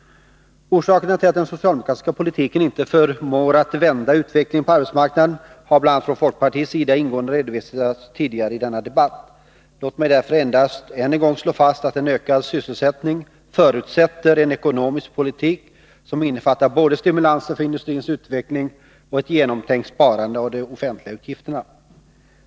Orsakerna till att den socialdemokratiska politiken inte förmår att vända utvecklingen på arbetsmarknaden har från bl.a. folkpartiets sida ingående redovisats tidigare i denna debatt. Låt mig därför endast än en gång slå fast att en ökad sysselsättning förutsätter en ekonomisk politik som innefattar både stimulanser för industrins utveckling och ett genomtänkt sparande i fråga om de offentliga utgifterna.